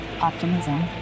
Optimism